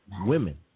women